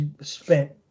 spent